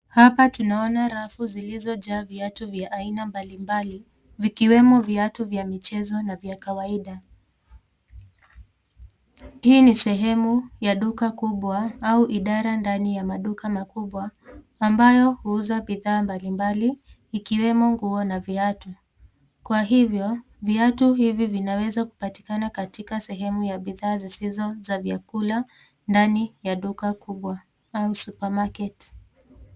Hapa tunaona rafu zilizojaa viatu vya aina mbalimbali, vikiwemo viatu vya michezo na vya kawaida. Hii ni sehemu ya duka kubwa au idara ndani ya maduka makubwa ambayo huuza bidhaa mbalimbali ikiwemo nguo na viatu. Kwa hivyo viatu hivi vinaweza kupatikana katika sehemu ya bidhaa zisizo za vyakula ndani ya duka kubwa au supermarket .